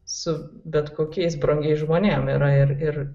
su bet kokiais brangiais žmonėm yra ir ir